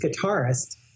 guitarist